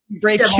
Break